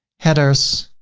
headers